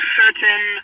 certain